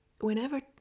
Whenever